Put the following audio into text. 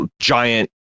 giant